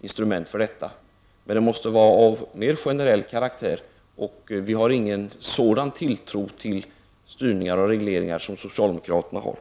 instrument för detta. De måste dock vara av mer generell karaktär, och vi har ingen sådan tilltro till styrningar och regleringar som socialdemokraterna har.